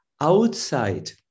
outside